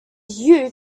you